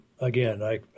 again—I